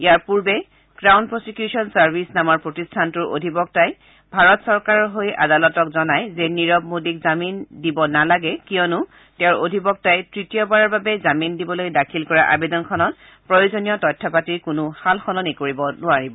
ইয়াৰ পূৰ্বে Crown Prosecution Service নামৰ প্ৰতিষ্ঠানটোৰ অধিবক্তাই ভাৰত চৰকাৰৰ হৈ আদালতক জনায় যে নীৰৱ মোদীক জামিন দিব নালাগে কিয়নো তেওঁৰ অধিবক্তাই তৃতীয়বাৰৰ বাবে জামিন দিবলৈ দাখিল কৰা আবেদনখনত প্ৰয়োজনীয় তথ্যপাতি কোনো সালসলনি কৰিব নোৱাৰিব